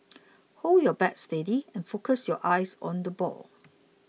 hold your bat steady and focus your eyes on the ball